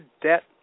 debt